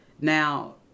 Now